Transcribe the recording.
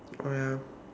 oh ya